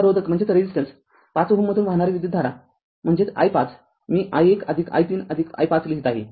आता रोधक ५ Ω मधून वाहणारी विद्युतधारा म्हणजे i५ मी i१i३i५ लिहीत आहे